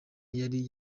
yari